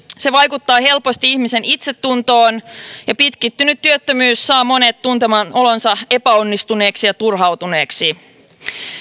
se vaikuttaa helposti ihmisen itsetuntoon ja pitkittynyt työttömyys saa monet tuntemaan olonsa epäonnistuneeksi ja turhautuneeksi